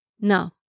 No